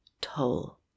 toll